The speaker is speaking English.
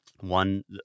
One